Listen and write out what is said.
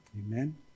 Amen